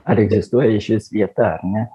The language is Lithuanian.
ar egzistuoja išvis vieta ar ne